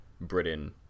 Britain